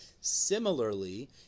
Similarly